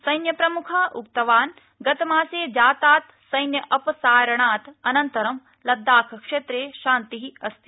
सैन्यप्रमुख उक्तवान् गतमासे जातात् सैन्यापसारणात् अनन्तरं लद्दाखक्षेत्रे शान्ति अस्ति